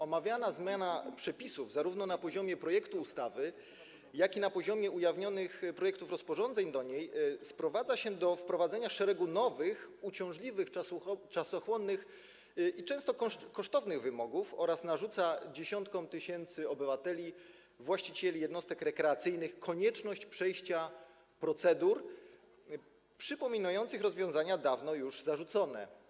Omawiana zmiana przepisów zarówno na poziomie projektu ustawy, jak i na poziomie ujawnionych projektów rozporządzeń do niej sprowadza się do wprowadzenia szeregu nowych, uciążliwych, czasochłonnych i często kosztownych wymogów oraz narzuca dziesiątkom tysięcy obywateli, właścicieli jednostek rekreacyjnych konieczność przejścia przez procedury przypominające rozwiązania dawno już zarzucone.